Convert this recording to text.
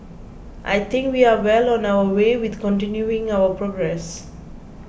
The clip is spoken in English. I think we are well on our way with continuing our progress